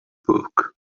book